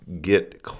get